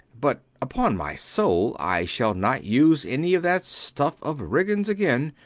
but upon my soul, i shall not use any of that stuff of ridgeon's again.